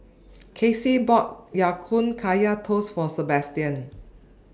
Kelsea bought Ya Kun Kaya Toast For Sebastian